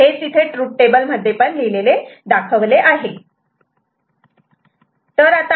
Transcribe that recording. हेच इथे truth table मध्ये लिहिलेले दाखवले आहे